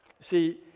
see